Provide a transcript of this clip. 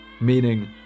meaning